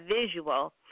visual